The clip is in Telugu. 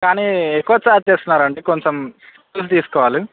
కానీ ఎక్కువ ఛార్జ్ చేస్తున్నారు అండి కొంచెం చూసి తీసుకోవాలి